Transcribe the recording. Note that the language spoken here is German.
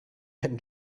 einen